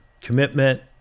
commitment